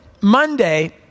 Monday